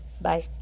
bye